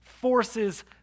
forces